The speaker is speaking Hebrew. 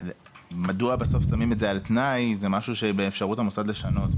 אבל מדוע שמים את זה בסוף על תנאי זה משהו שבאפשרות המוסד לשנות,